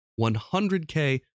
100K